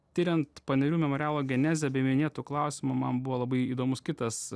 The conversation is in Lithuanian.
tiriant panerių memorialo genezę be minėtų klausimų man buvo labai įdomus kitas